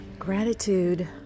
Gratitude